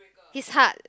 his heart